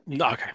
Okay